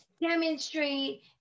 demonstrate